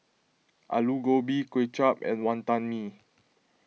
Aloo Gobi Kway Chap and Wantan Mee